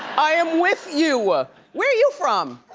i am with you. where are you from?